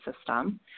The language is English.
system